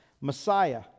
Messiah